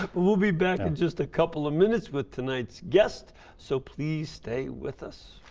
we'll be back in just a couple of minutes with tonight's guest so, please, stay with us!